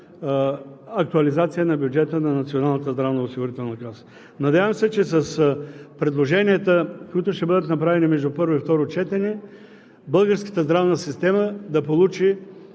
здравноосигурителна каса. Надявам се, че с предложенията, които ще бъдат направени между първо и второ четене, българската здравна система да получи